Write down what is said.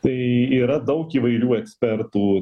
tai yra daug įvairių ekspertų